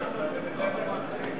אבל למרות זאת נמשיך בדברים,